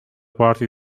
party